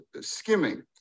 skimming